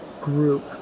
group